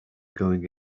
going